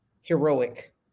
heroic